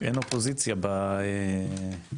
אין אופוזיציה בציוניות,